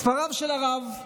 ספריו של הרב,